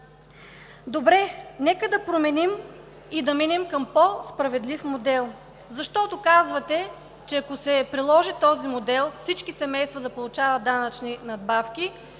Добре, нека да променим и да минем към по-справедлив модел. Защото казвате, че ако се приложи този модел – всички семейства да получават данъчни надбавки,